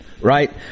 right